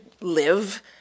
live